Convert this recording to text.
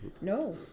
no